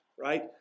right